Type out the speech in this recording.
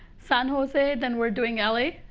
san jose. then we're doing l a.